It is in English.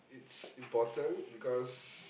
it's important because